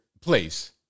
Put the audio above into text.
place